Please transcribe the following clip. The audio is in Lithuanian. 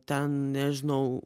ten nežinau